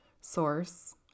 source